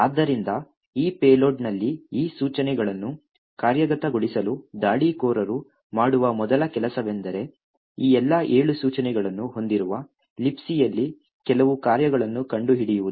ಆದ್ದರಿಂದ ಈಗ ಪೇಲೋಡ್ನಲ್ಲಿ ಈ ಸೂಚನೆಗಳನ್ನು ಕಾರ್ಯಗತಗೊಳಿಸಲು ದಾಳಿಕೋರರು ಮಾಡುವ ಮೊದಲ ಕೆಲಸವೆಂದರೆ ಈ ಎಲ್ಲಾ 7 ಸೂಚನೆಗಳನ್ನು ಹೊಂದಿರುವ Libcಯಲ್ಲಿ ಕೆಲವು ಕಾರ್ಯಗಳನ್ನು ಕಂಡುಹಿಡಿಯುವುದು